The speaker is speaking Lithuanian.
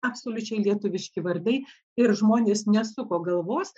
absoliučiai lietuviški vardai ir žmonės nesuko galvos